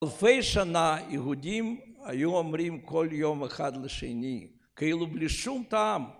אלפי שנה יהודים היו אומרים כל יום אחד לשני כאילו בלי שום טעם